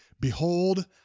behold